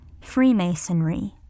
Freemasonry